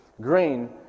grain